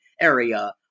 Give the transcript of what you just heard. area